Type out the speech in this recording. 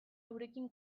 eurekin